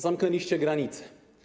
Zamknęliście granice.